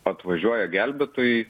atvažiuoja gelbėtojai